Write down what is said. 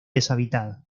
deshabitada